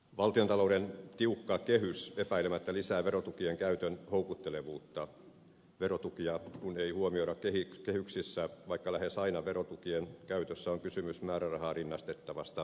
valtiontalouden tiukka kehys epäilemättä lisää verotukien käytön houkuttelevuutta verotukia kun ei huomioida kehyksissä vaikka lähes aina verotukien käytössä on kysymys määrärahaan rinnastettavasta käytöstä